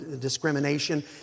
discrimination